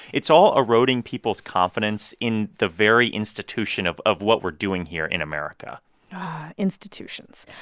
it's all eroding people's confidence in the very institution of of what we're doing here in america institutions.